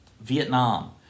Vietnam